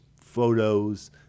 photos